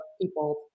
people